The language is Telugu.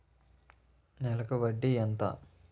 నెలకి వడ్డీ ఎంత?